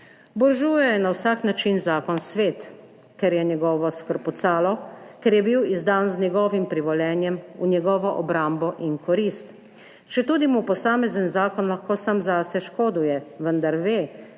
je na vsak način zakon svet, ker je njegovo skrpucalo, ker je bil izdan z njegovim privoljenjem, v njegovo obrambo in korist, četudi mu posamezen zakon lahko sam zase škoduje, vendar ve,